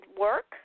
work